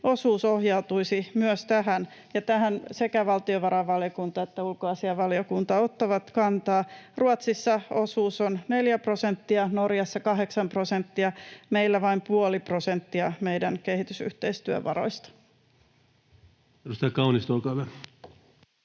osuus ohjautuisi myös tähän, ja tähän sekä valtiovarainvaliokunta että ulkoasiainvaliokunta ottavat kantaa. Ruotsissa osuus on 4 prosenttia, Norjassa 8 prosenttia, meillä vain puoli prosenttia meidän kehitysyhteistyövaroista. Edustaja Kaunisto, olkaa hyvä.